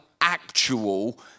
actual